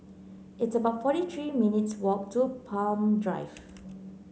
it's about forty three minutes' walk to Palm Drive